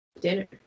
dinner